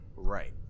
Right